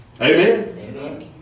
Amen